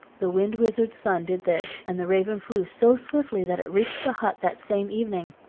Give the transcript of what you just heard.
the wind wizard's son did this, and the raven flew so swiftly that it reached the hut that same evening.